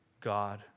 God